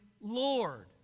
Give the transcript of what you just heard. Lord